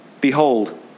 Behold